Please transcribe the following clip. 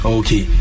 okay